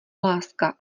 láska